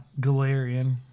Galarian